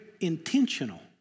intentional